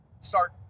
start